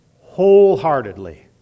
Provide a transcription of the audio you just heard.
wholeheartedly